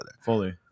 Fully